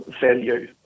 value